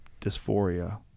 dysphoria